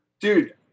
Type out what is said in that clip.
Dude